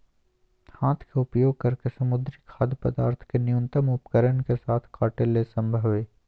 हाथ के उपयोग करके समुद्री खाद्य पदार्थ के न्यूनतम उपकरण के साथ काटे ले संभव हइ